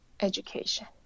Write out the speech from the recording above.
education